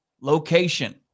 location